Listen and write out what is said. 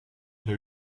elle